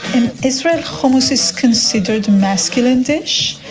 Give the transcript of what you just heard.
in israel, hummus is considered masculine dish.